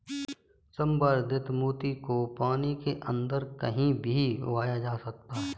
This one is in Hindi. संवर्धित मोती को पानी के अंदर कहीं भी उगाया जा सकता है